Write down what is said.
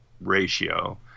ratio